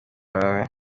bawe